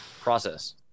process